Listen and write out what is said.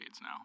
now